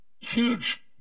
huge